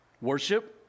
Worship